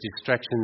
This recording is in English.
distractions